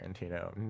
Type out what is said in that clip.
tarantino